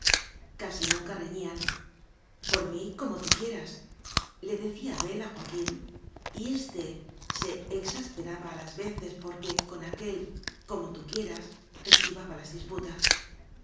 casi nunca reñían por mí como tú quieras le decía abel a joaquín y éste se exasperaba a las veces por que con aquel como tú quieras esquivaba las disputas